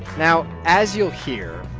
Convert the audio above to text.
now as you'll hear,